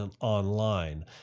online